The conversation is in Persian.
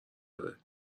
داره